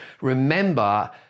remember